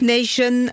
Nation